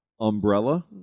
Umbrella